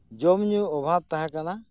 ᱡᱚᱢ ᱧᱩ ᱚᱵᱷᱟᱵᱽ ᱛᱟᱦᱮᱸ ᱠᱟᱱᱟ